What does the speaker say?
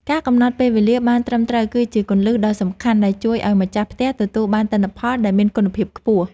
ការកំណត់ពេលវេលាបានត្រឹមត្រូវគឺជាគន្លឹះដ៏សំខាន់ដែលជួយឱ្យម្ចាស់ផ្ទះទទួលបានទិន្នផលដែលមានគុណភាពខ្ពស់។